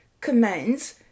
commands